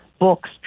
books